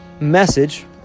message